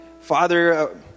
Father